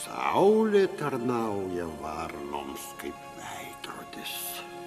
saulė tarnauja varnoms kaip veidrodis